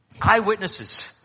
Eyewitnesses